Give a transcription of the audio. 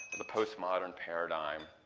the post modern paradigm.